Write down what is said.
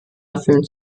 erfüllen